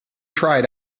tried